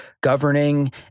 governing